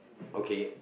okay